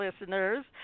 listeners